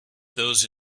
those